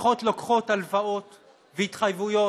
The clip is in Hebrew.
משפחות לוקחות הלוואות והתחייבויות,